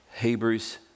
Hebrews